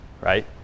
right